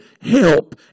help